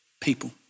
people